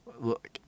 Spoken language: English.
look